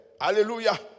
Hallelujah